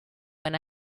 when